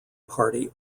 party